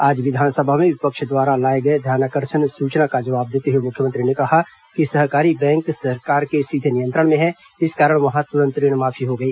आज विधानसभा में विपक्ष द्वारा लाए गए एक ध्यानाकर्षण सुचना का जवाब देते हुए मुख्यमंत्री ने कहा कि सहकारी बैंक सरकार के सीधे नियंत्रण में है इस कारण वहां तुरंत ऋणमाफी हो गई